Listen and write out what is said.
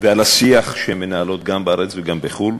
ובשיח שהן מנהלות גם בארץ וגם בחו"ל,